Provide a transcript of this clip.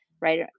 right